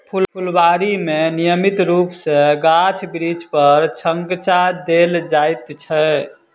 फूलबाड़ी मे नियमित रूप सॅ गाछ बिरिछ पर छङच्चा देल जाइत छै